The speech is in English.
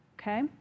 Okay